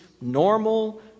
normal